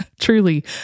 Truly